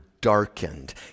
darkened